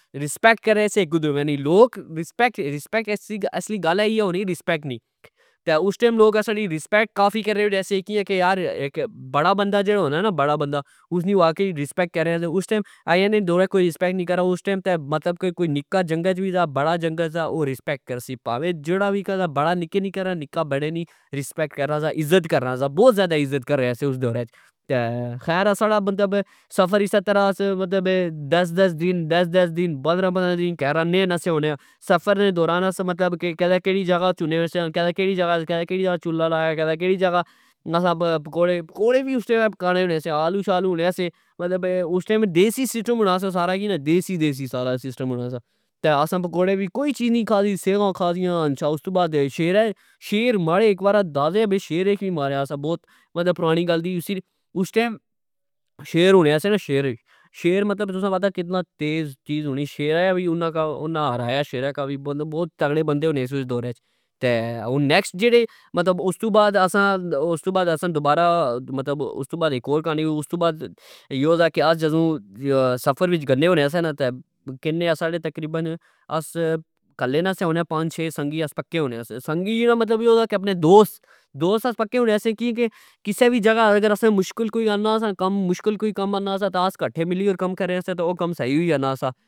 رسپیکٹ کرنے سے اک دوے نی. لوک رسپیکٹ اسی اصلی گل ایہ ہونی رسپیکٹ نی تہ اس ٹئم لوک اسا نی رسپیکٹ کافی کرنے ہونے سے, کیا کہ یار اک بڑا بندا جیڑا ہونا نا بڑا بندا اسنی واقع رسپیکٹ ٍکرنے سے .اج نے دور وچ تہ کوئی رسپیکٹ نی کرنا اس ٹئم تہ کوئی نکا جنگت وی سا بڑا جنگت وی سا او رسپیکٹ کرسی نکا وی سا رسپیکٹ کرنا سا ازت کرنا سا .بوت ذئدا ازت کرنے سے تہ اسا نا سفر اسہ طرع مطلب دس دس دن ,دس دس دسن ,پندرہ دن کر آنے ای نا سے ہونے اساں. سفر نے دوران اسا کدہ کیڑی جگہ ہونے سیا کدہ کیڑی جگہ چلا لائیا کدہ کیڑی جگہ اسا پکوڑے پکوڑے وی اسا ہکانے ہونے سیاآلو شالو ہونے سے .اس ٹئم دیسی سسٹم ہونا سا سارا دیسی ,دیسی سارا سسٹم یونا سا کوئی چیز نی کھادی سیواں کھادیا ,اچھا استو بعد شیر مارے اندازے اک واری شیر وی ماریا ,سا بوت مطلب پرانی گل دی اس ٹئم شیر ہونے سے نا شیر شیر مطلب تساکی پتا کتنی تیز چیزہونی شورے کی وی انا ہرایا شیرہ کی مطلب بوت تغڑے بندے ہونے سے .اس دورہ تہ ہن نیکسٹ جیڑے استو بعد اسا مطلب استو بعد یو سا کہ آس جدو سفر وچ گنے ہونے سیا نا تہ کتنے آ ساڈے تقریبن کلے نا سے ہونے پنج چھ سنگی اساں پکے ہونے سیا سنگی اساپکے ہونے سیا کیا کہ کسہ وی جگہ اسا کی مشکل کوئی آنا سا نا کم آس فر کٹھے ملی ٍاو کم کرنے سیا او کم سہی ہوجانا سا